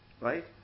right